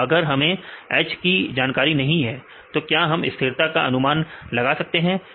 तो अगर हमें H की जानकारी नहीं है तो क्या हम स्थिरता का अनुमान लगा सकते हैं